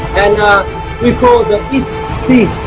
and we call the east sea